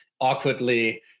awkwardly